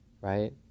right